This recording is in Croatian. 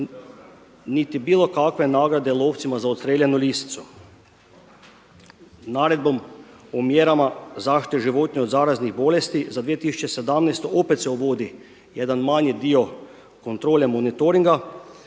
niti bilo kakve nagrade lovcima za odstrijeljenu lisicu. Naredbom o mjerama zaštita životinja od zaraznih bolesti za 2017. opet se uvodi jedan manji dio kontrole monitoringa